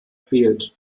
fehlt